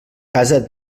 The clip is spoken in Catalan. casa